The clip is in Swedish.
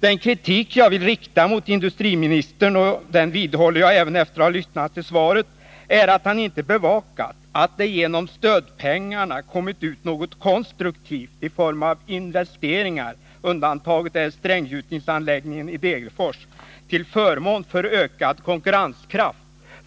Den kritik jag vill rikta mot industriministern — och den vidhåller jag även efter att ha lyssnat till svaret — är att han inte bevakar att det genom stödpengarna kommit ut något konstruktivt i form av investeringar — undantaget är stränggjutningsanläggningen i Degerfors — till förmån för ökad konkurrenskraft